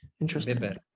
interesting